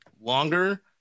longer